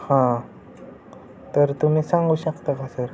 हां तर तुम्ही सांगू शकता का सर